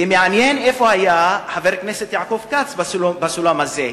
ומעניין איפה היה חבר הכנסת יעקב כץ בסולם הזה,